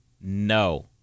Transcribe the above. No